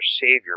Savior